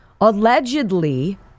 allegedly